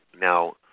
now